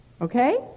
okay